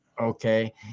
okay